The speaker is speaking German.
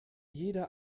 jeder